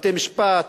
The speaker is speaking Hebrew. בתי-משפט,